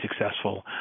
successful